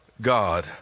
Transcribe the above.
God